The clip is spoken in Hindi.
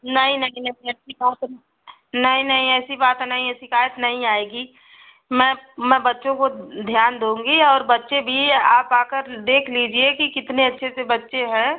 नहीं नहीं अब ऐसी बात न नहीं नहीं ऐसी बात नहीं है शिकायत नहीं आएगी मैं मैं बच्चों को ध्यान दूँगी और बच्चे बी आप आकर देख लीजिए कि कितने अच्छे से बच्चे हैं